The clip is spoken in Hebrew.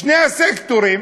שני הסקטורים